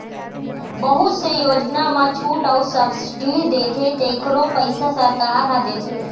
बहुत से योजना म छूट अउ सब्सिडी देथे तेखरो पइसा सरकार ह देथे